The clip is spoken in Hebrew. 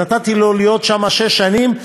ונתתי לו להיות שם שש שנים,